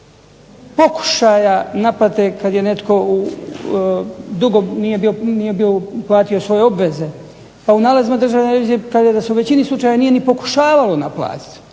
pokušaja naplate kada je netko u dugo nije bio platio svoje obveze, pa u nalazima državne revizije kada se u većini slučajeva nije pokušavalo naplatiti,